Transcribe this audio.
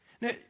Now